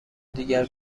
دیگر